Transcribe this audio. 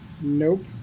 Nope